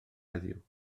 heddiw